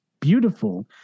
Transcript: beautiful